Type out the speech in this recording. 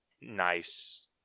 nice